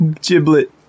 Giblet